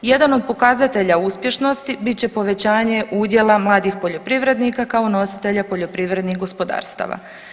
Jedan od pokazatelja uspješnosti bit će povećanje udjela mladih poljoprivrednika kao nositelja poljoprivrednih gospodarstava.